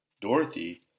Dorothy